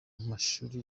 mashuri